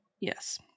Yes